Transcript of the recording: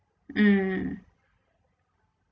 mm